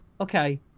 okay